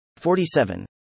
47